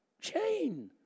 chain